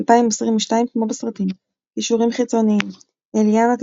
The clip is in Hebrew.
2022 "כמו בסרטים" קישורים חיצוניים אליאנה תדהר,